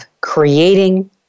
creating